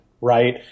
right